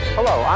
Hello